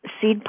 seed